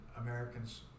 Americans